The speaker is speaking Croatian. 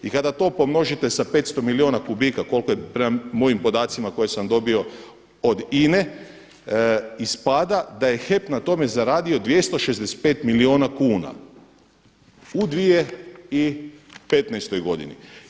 I kada to pomnožite sa 500 milijuna kubika koliko je prema mojim podacima koje sam dobio od INA-e ispada da je HEP na tome zaradio 265 milijuna kuna u 2015. godini.